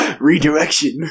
Redirection